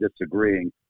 disagreeing